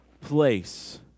place